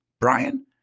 Brian